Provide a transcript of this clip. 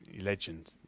Legend